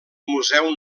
museu